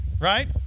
right